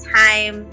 time